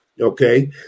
Okay